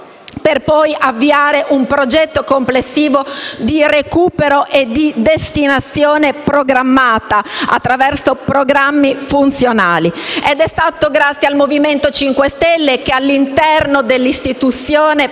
per poi avviare un progetto complessivo di recupero e di destinazione programmata, attraverso programmi funzionali. È stato grazie al Movimento 5 Stelle se all'interno dell'istituzione